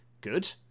Good